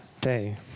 day